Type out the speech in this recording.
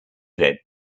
led